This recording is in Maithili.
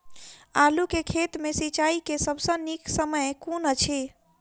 आलु केँ खेत मे सिंचाई केँ सबसँ नीक समय कुन अछि?